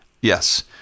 yes